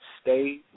stay